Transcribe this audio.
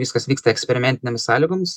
viskas vyksta eksperimentinėmis sąlygomis